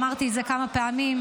אמרתי את זה כמה פעמים,